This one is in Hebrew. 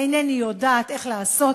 אינני יודעת איך לעשות,